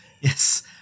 Yes